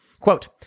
Quote